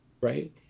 right